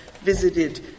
visited